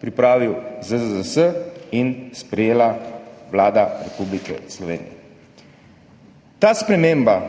pripravil ZZZS in sprejela Vlada Republike Slovenije. Ta sprememba